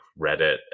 Reddit